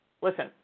listen